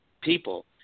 people